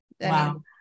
Wow